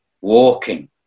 Walking